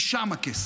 משם הכסף,